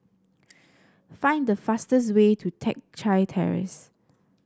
find the fastest way to Teck Chye Terrace